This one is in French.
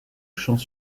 champs